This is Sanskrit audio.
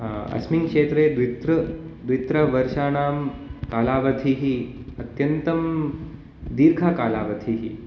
अस्मिन् क्षेत्रे द्वित्रि द्वित्रि वर्षाणां कालावधिः अत्यन्तं दीर्घकालावधिः